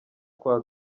kwa